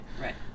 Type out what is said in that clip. Right